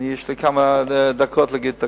יש לי כמה דקות לדבר על התקציב.